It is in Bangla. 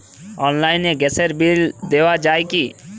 অনলাইনে গ্যাসের বিল দেওয়া যায় কি?